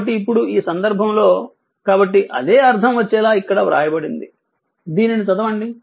కాబట్టి ఇప్పుడు ఈ సందర్భంలో కాబట్టి అదే అర్థం వచ్చేలా ఇక్కడ వ్రాయబడింది దీనిని చదవండి